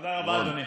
תודה רבה, אדוני.